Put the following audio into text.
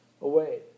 away